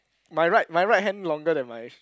my right my right hand longer than my